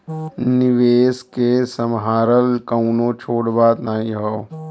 निवेस के सम्हारल कउनो छोट बात नाही हौ